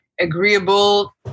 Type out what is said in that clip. Agreeable